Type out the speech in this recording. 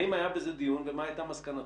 ה אם היה בזה דיון ומה הייתה המסקנה?